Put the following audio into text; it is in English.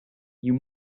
you